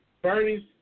Bernie's